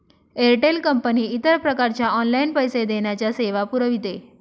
Airtel company इतर प्रकारच्या online पैसे देण्याच्या सेवा पुरविते